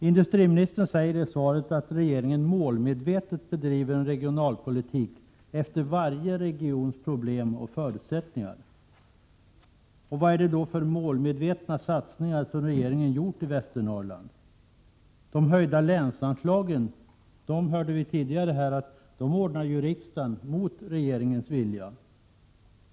Industriministern säger i svaret att regeringen målmedvetet bedriver en regionalpolitik efter varje regions problem och förutsättningar. Vad är det då för målmedvetna satsningar som regeringen gjort i Västernorrland? De höjda länsanslagen ordnade riksdagen mot regeringens vilja — det hörde vi tidigare.